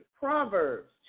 Proverbs